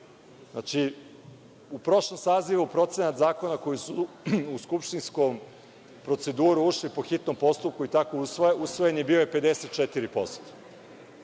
pet. U prošlom sazivu procena zakona koji su u skupštinsku proceduru ušli po hitnom postupku i tako usvojeni bio je 54%.